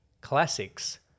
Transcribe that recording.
classics